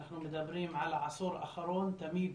אנחנו מדברים על עשור אחרון, תמיד